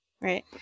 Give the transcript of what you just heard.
right